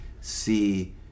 see